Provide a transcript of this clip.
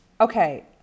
Okay